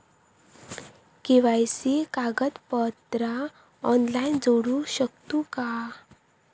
KYC कागदपत्रा online जोडू शकतू का?